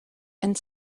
and